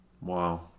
wow